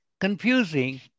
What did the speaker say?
confusing